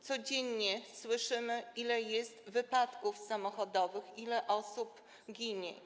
Codziennie słyszymy, ile jest wypadków samochodowych, ile osób ginie.